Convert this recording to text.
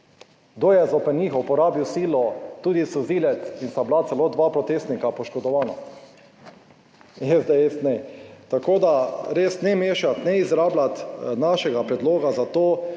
je zoper njih uporabil silo, tudi solzivec in sta bila celo 2 protestnika poškodovana. SDS ne. Tako, da res ne mešati, ne izrabljati našega predloga za to